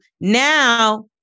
now